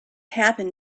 happen